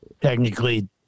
technically